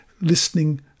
listening